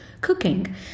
cooking